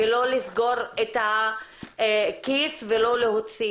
ולא לסגור את הכיס, ולא להוציא.